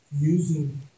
using